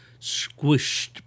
squished